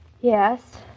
Yes